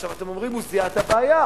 עכשיו אתם אומרים: הוא זיהה את הבעיה.